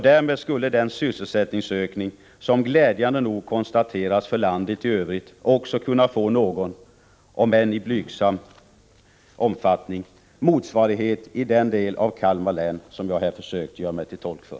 Därmed skulle den sysselsättningsökning som glädjande nog konstateras för landet i övrigt också kunna få någon — om än blygsam — motsvarighet i den del av Kalmar län som jag här försökt göra mig till tolk för.